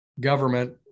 government